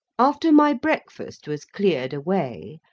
after my breakfast was cleared away,